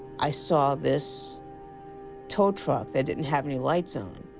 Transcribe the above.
i saw this tow truck that didn't have any lights on,